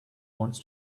wants